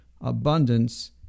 abundance